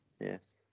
Yes